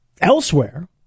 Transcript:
Elsewhere